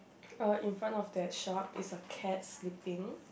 uh in front of that shop is a cat sleeping